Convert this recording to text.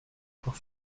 encore